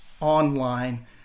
online